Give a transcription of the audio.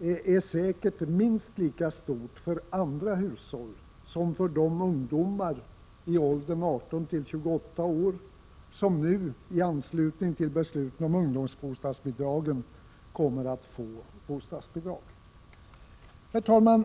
är säkert minst lika stort för andra hushåll som för de ungdomar i åldern 18 — 28 år som i anslutning till beslutet om ungdomsbostadsbidragen kommer att få bostadsbidrag. Herr talman!